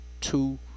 two